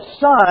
son